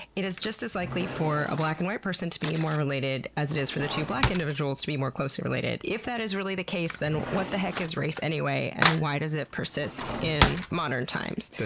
it is just as likely for a black and white person to be more related as it is for the two black individuals to be more closely related. if that is really the case, then what the heck is race anyway, and why does it persist in modern times?